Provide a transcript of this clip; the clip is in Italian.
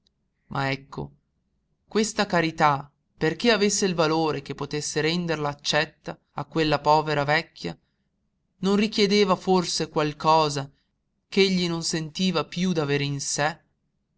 ma ecco questa carità perché avesse il valore che potesse renderla accetta a quella povera vecchia non richiedeva forse qualcosa ch'egli non sentiva piú d'avere in sé